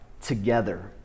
Together